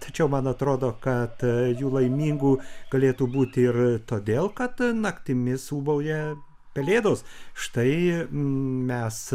tačiau man atrodo kad jų laimingų galėtų būti ir todėl kad naktimis ūbauja pelėdos štai mes